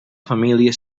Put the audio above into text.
família